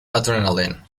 adrenaline